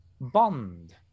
Bond